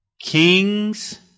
kings